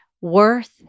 worth